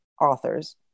authors